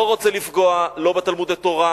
לא רוצה לפגוע לא בתלמודי-תורה,